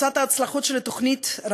לצד ההצלחות של התוכנית,